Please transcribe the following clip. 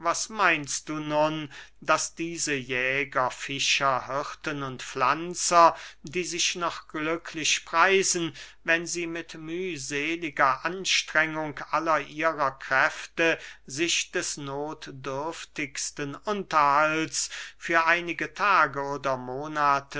meinst du nun daß diese jäger fischer hirten und pflanzer die sich noch glücklich preisen wenn sie mit mühseliger anstrengung aller ihrer kräfte sich des nothdürftigsten unterhalts für einige tage oder monate